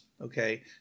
okay